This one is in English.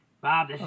Bob